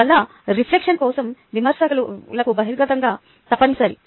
అందువల్ల రిఫ్లెక్ట్షన్ కోసం విమర్శలకు బహిరంగత తప్పనిసరి